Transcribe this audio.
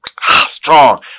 strong